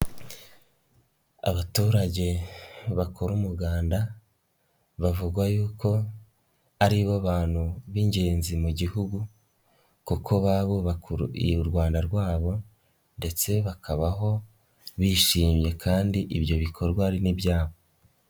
Abaturage bakora umuganda, bavugwa yuko, aribo bantu b'ingenzi mu gihugu kuko baba bubaka u Rwanda rwabo ndetse bakabaho bishimye kandi ibyo bikorwa ari n'ibyabo.